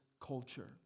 culture